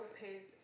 pays